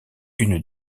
une